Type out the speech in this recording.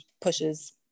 pushes